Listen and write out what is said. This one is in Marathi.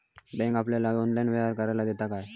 बँक आपल्याला ऑनलाइन व्यवहार करायला देता काय?